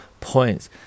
points